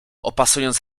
opasując